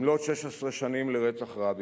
במלאות 16 שנים לרצח רבין,